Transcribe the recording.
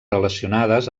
relacionades